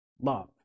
love